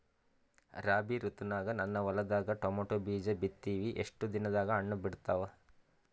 ರಾಬಿ ಋತುನಾಗ ನನ್ನ ಹೊಲದಾಗ ಟೊಮೇಟೊ ಬೀಜ ಬಿತ್ತಿವಿ, ಎಷ್ಟು ದಿನದಾಗ ಹಣ್ಣ ಬಿಡ್ತಾವ?